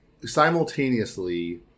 simultaneously